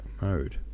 mode